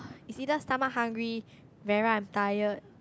is either stomach hungry wherever I'm tired